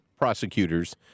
prosecutors